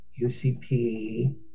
UCP